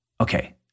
Okay